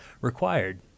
required